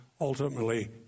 ultimately